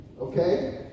Okay